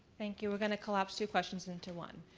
thank you. we're going to collapse two questions into one.